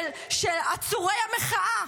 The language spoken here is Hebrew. של עצורי המחאה.